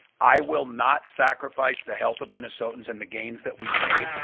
i will not sacrifice the health of minnesotans and the gains that we've made.